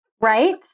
right